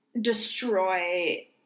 destroy